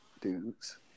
dudes